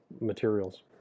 materials